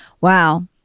wow